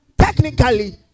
technically